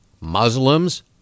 Muslims